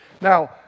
Now